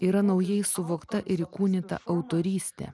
yra naujai suvokta ir įkūnyta autorystė